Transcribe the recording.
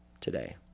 today